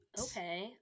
okay